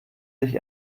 sich